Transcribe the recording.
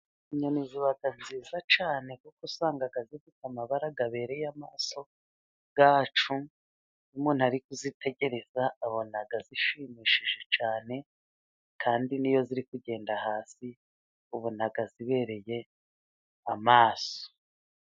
Inyoni ziba nziza cyane kuko usanga zifite amabara abereye amaso yacu, iyo umuntu ari kuzitegereza abona zishimishije cyane, kandi niyo ziri kugenda hasi ubona zibereye amaso.